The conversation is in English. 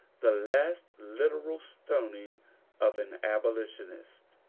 the last literal stoning of an abolitionist.